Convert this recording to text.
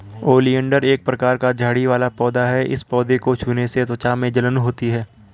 oleander एक प्रकार का झाड़ी वाला पौधा है इस पौधे को छूने से त्वचा में जलन होती है